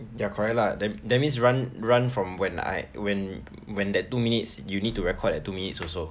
ya correct lah then that means run run from when I when when that two minutes you need to record that two minutes also